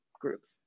groups